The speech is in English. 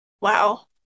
Wow